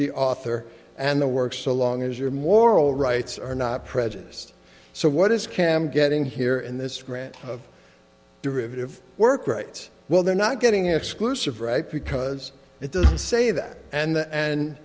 the author and the work so long as your moral rights are not prejudiced so what is cam getting here and this grant of derivative work rights well they're not getting exclusive right because it doesn't say that and and